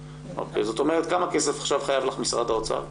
זאת אומרת כמה כסף חייב לך עכשיו משרד האוצר?